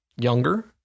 younger